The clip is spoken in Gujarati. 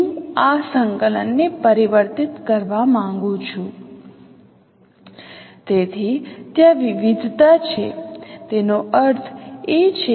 તેથી આ એક આવશ્યકતા છે કે પરિવર્તન ઉલટાવી શકાય તેવું હોવું જોઈએ અને x prime T prime y વ્યસ્ત પ્રાઇમ છે તેથી હવે આ લખવું જોઈએ